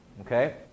Okay